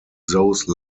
those